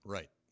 Right